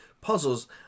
puzzles